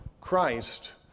Christ